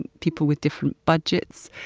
and people with different budgets,